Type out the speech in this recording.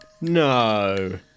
No